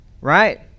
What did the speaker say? Right